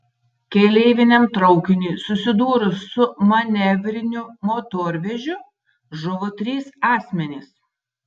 keleiviniam traukiniui susidūrus su manevriniu motorvežiu žuvo trys asmenys